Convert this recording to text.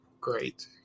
great